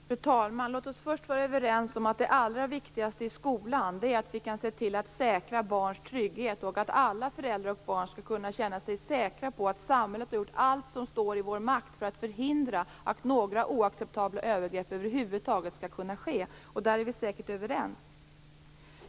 Fru talman! Låt oss först vara överens om att det allra viktigaste i skolan är att vi kan säkra barns trygghet. Alla föräldrar och barn skall kunna känna sig säkra på att samhället har gjort allt som står i dess makt för att förhindra att några oacceptabla övergrepp över huvud taget skall kunna ske. Där är vi säkert överens.